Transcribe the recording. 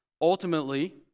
Ultimately